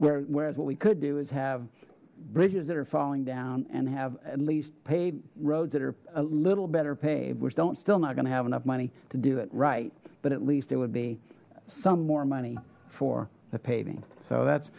o whereas what we could do is have bridges that are falling down and have at least paid roads that are a little better paved which don't still not gonna have enough money to do it right but at least it would be some more money for the paving so that's